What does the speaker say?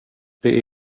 det